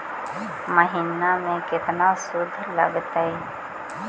महिना में केतना शुद्ध लगतै?